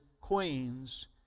queens